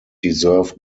deserve